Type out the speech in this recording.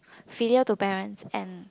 filial to parent and